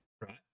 right